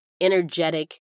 energetic